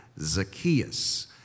Zacchaeus